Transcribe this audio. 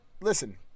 Listen